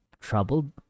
troubled